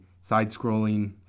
side-scrolling